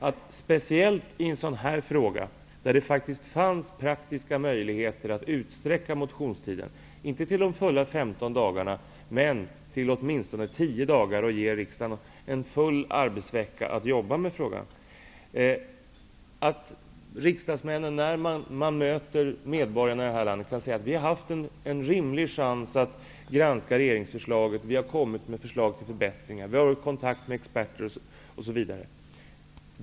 Det gäller speciellt i en sådan här fråga, där det faktiskt fanns praktiska möjligheter att utsträcka motionstiden, inte fullt ut till 15 dagar men till åtminstone 10 dagar. Då skulle riksdagen ha fått en hel arbetsvecka på sig att jobba med frågan. Vi riksdagsmän bör när vi möter medborgare i landet kunna säga att vi har haft en rimlig chans att granska regeringens förslag, att vi har kommit med förslag till förbättringar, att vi har varit i kontakt med experter, osv.